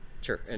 sure